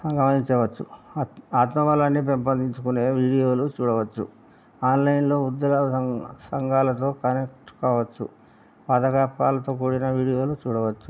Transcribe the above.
గమనించవచ్చు ఆత్మబలాన్ని పెంపొందించుకునే వీడియోలు చూడవచ్చు ఆన్లైన్లో వృద్ధుల సం సంఘాలతో కనెక్ట్ కావచ్చు పాత జ్ఞాపకాలతో కూడిన వీడియోలు చూడవచ్చు